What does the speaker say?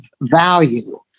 value